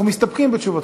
אנחנו מסתפקים בתשובתך.